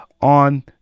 on